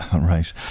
Right